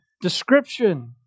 description